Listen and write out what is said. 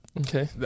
Okay